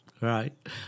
Right